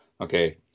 Okay